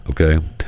okay